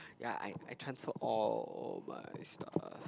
ya I I transfer all my stuff